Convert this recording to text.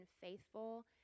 faithful